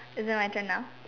is it my turn now